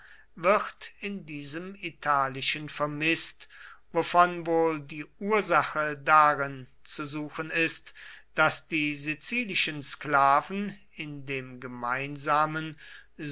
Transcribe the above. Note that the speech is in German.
wird in diesem italischen vermißt wovon wohl die ursache darin zu suchen ist daß die sizilischen sklaven in dem gemeinsamen